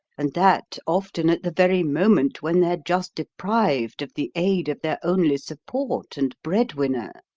and that often at the very moment when they're just deprived of the aid of their only support and bread-winner.